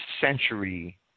century